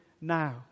now